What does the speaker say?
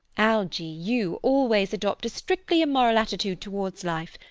algy, you always adopt a strictly immoral attitude towards life.